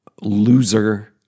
loser